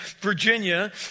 Virginia